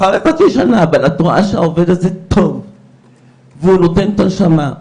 אבל אחרי חצי שנה את רואה שהעובד הזה טוב והוא נותן לנשמה,